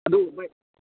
ꯑꯗꯨ ꯚꯥꯏ